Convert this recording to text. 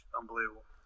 unbelievable